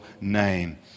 name